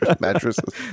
mattresses